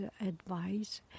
Advice